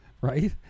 Right